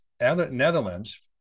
netherlands